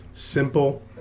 simple